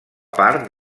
part